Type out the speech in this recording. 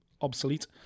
obsolete